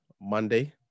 Monday